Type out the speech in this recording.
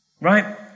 Right